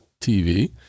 TV